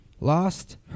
lost